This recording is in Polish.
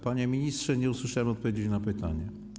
Panie ministrze, nie usłyszałem odpowiedzi na pytanie.